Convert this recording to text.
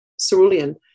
cerulean